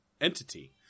entity